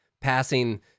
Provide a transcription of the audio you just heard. passing